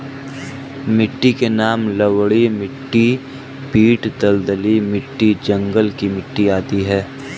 मिट्टी के नाम लवणीय मिट्टी, पीट दलदली मिट्टी, जंगल की मिट्टी आदि है